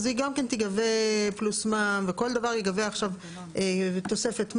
אז היא גם כן תיגבה פלוס מע"מ וכל דבר ייגבה עכשיו בתוספת מע"מ.